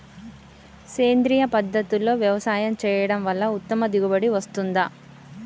సేంద్రీయ పద్ధతుల్లో వ్యవసాయం చేయడం వల్ల ఉత్తమ దిగుబడి వస్తుందా?